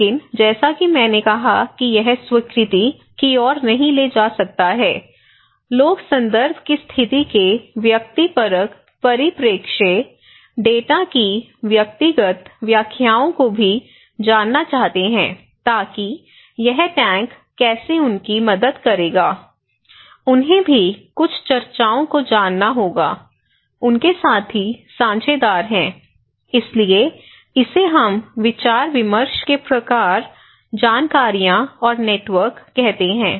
लेकिन जैसा कि मैंने कहा कि यह स्वीकृति की ओर नहीं ले जा सकता है लोग संदर्भ की स्थिति के व्यक्तिपरक परिप्रेक्ष्य डेटा की व्यक्तिगत व्याख्याओं को भी जानना चाहते हैं ताकि यह टैंक कैसे उनकी मदद करेगा उन्हें भी कुछ चर्चाओं को जानना होगा उनके साथी साझेदार हैं इसलिए इसे हम विचार विमर्श के प्रकार जानकारियां और नेटवर्क कहते हैं